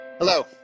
Hello